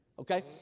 Okay